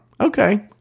okay